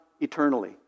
eternally